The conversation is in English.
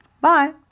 Bye